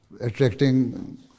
attracting